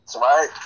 right